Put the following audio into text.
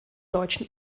deutschen